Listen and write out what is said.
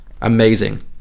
amazing